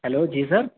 hello ji سر